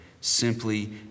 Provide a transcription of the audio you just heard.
simply